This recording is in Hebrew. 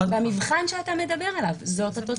והמבחן שאתה מדבר עליו, זאת התוצאה.